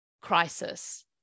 crisis